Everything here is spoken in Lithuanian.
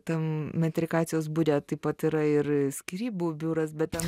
tam metrikacijos bure taip pat yra ir skyrybų biuras bet ten